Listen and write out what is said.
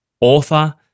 author